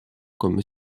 comme